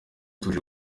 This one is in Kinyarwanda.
tuje